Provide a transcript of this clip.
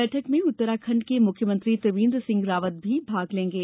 बैठक में उत्तराखण्ड के मुख्यमंत्री त्रिवेन्द्र सिंह रावत भी भाग लेंगे